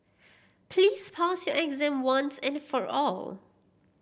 please pass your exam once and for all